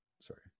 Sorry